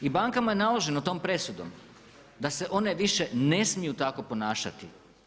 I banka ma je naloženo tom presudom da se one više ne smiju tako ponašati.